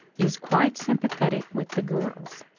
is quite sympathetic with the girls.